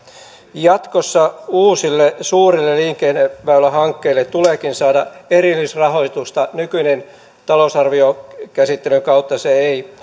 jatkossa uusille suurille liikenneväylähankkeille tuleekin saada erillisrahoitusta nykyisen talousarvion käsittelyn kautta se ei